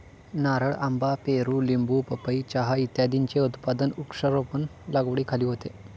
नारळ, आंबा, पेरू, लिंबू, पपई, चहा इत्यादींचे उत्पादन वृक्षारोपण लागवडीखाली होते